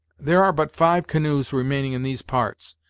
there are but five canoes remaining in these parts,